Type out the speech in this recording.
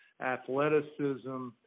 athleticism